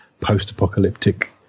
post-apocalyptic